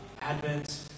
Advent